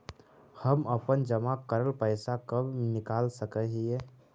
हम अपन जमा करल पैसा कब निकाल सक हिय?